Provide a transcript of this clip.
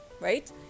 right